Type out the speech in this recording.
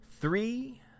three